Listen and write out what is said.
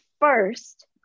first